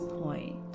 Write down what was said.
point